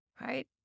right